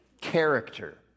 character